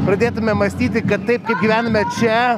pradėtume mąstyti kad taip kaip gyvename čia